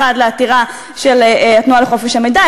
אחד לעתירה של התנועה לחופש המידע,